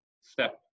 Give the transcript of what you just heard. step